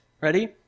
Ready